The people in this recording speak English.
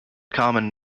common